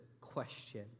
question